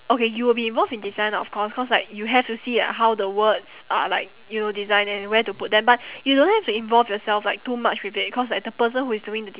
okay you will be involved in design of course cause like you have to see like how the words are like you know designed and where to put them but you don't have to involve yourself like too much with it cause like the person who is doing the